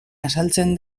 azaltzen